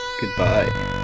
Goodbye